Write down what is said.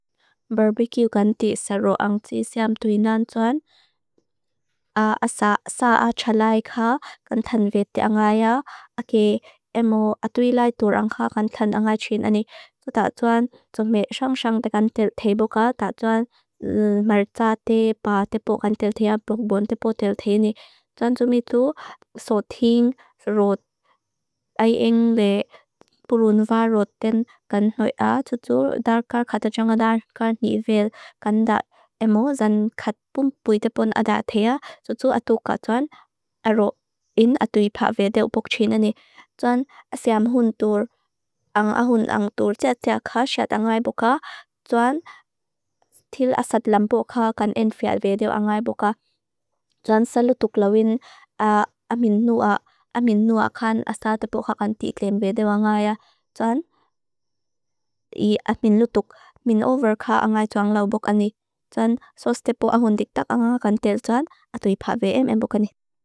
Barbecue ganti saro ang tisaam tuinan tuan. A saa a chalai kha gantan veti ang aya. Ake emo a tuilai turang kha gantan ang a china ni. So ta tuan tsume syang syang tegan tel tebo kha, ta tuan martsa tepa tepo gantel tea, blokbon tepo tel te ni. Tuan tsume tu sothing rot, ayeng le purun va roten kan hoia. So tu darkar kata tjanga darkar ni vel kan da emo, zan kat pum pui tepon ada tea. So tu a tuka tuan a ro in a tuipa vedew bok china ni. Tuan a syam hun tur, ang ahun ang tur tia tia kha syad ang aya boka. Tuan til asad lambo kha kan enfia vedew ang aya boka. Tuan sa lutuk lawin a minua, a minua kan asad tepo kha kan tiklem vedew ang aya. Tuan i at min lutuk, min over kha ang aya jwang law boka ni. Tuan soth tepo ahun tik tak ang a gantel tuan a tuipa vedew emo boka ni.